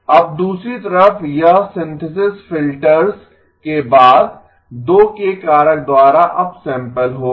अब दूसरी तरफ यह सिंथेसिस फिल्टर्स के बाद 2 के कारक द्वारा अपसैम्पल होगा